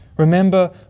Remember